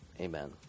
Amen